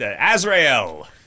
Azrael